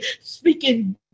speaking